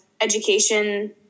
education